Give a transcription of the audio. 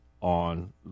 on